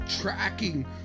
tracking